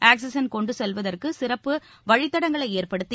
oxygen கொண்டு செல்வதற்கு சிறப்பு வழித்தடங்களை ஏற்படுத்தி